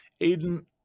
Aiden